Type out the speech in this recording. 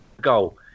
goal